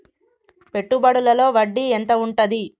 పెట్టుబడుల లో వడ్డీ ఎంత ఉంటది?